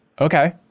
Okay